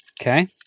Okay